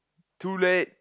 too late